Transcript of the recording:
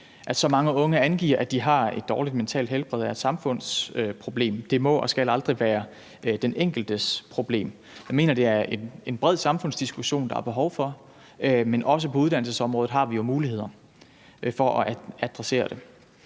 At så mange unge angiver, at de har et dårligt mentalt helbred, er et samfundsproblem. Det må og skal aldrig være den enkeltes problem. Jeg mener, at det er en bred samfundsdiskussion, der er behov for, men også på uddannelsesområdet har vi jo muligheder for at adressere det.